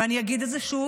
ואני אגיד את זה שוב,